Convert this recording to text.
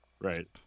Right